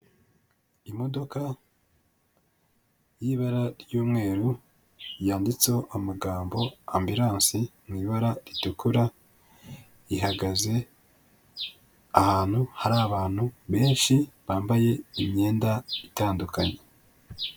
Imodoka y'ibara ry'umweru, yanditseho amagambo ambulance mu ibara ritukura, ihagaze ahantu hari abantu benshi bambaye imyenda itandukanye.